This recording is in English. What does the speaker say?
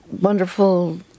wonderful